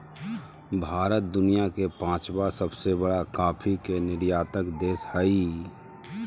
भारत दुनिया के पांचवां सबसे बड़ा कॉफ़ी के निर्यातक देश हइ